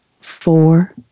four